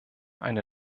eine